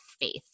faith